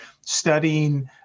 studying